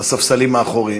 הספסלים האחוריים.